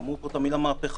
אמרו פה את המילה מהפכה.